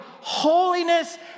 holiness